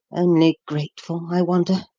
only grateful, i wonder?